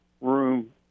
room